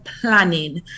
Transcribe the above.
planning